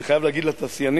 אני חייב להגיד לתעשיינים,